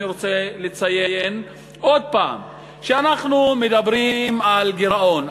אני רוצה לציין עוד פעם שאנחנו מדברים על גירעון,